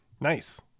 Nice